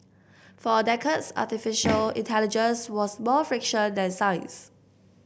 for decades artificial intelligence was more fiction than science